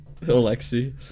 Alexi